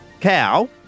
cow